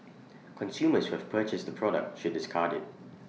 consumers have purchased the product should discard IT